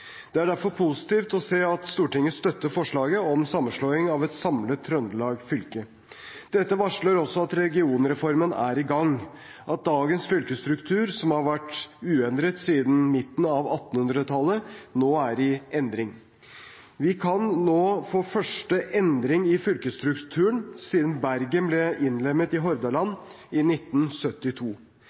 Det er derfor positivt å se at Stortinget støtter forslaget om sammenslåing av et samlet Trøndelag fylke. Dette varsler også at regionreformen er i gang og at dagens fylkesstruktur, som har vært uendret siden midten av 1800-tallet, nå er i endring. Vi kan nå få første endring i fylkesstrukturen siden Bergen ble innlemmet i Hordaland i 1972.